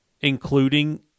including